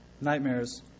nightmares